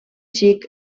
xic